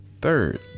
third